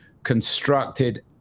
constructed